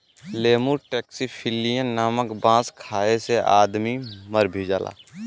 lemur taxiphyllin नाम क बांस खाये से आदमी मर भी जाला